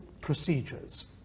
procedures